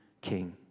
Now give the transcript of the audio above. king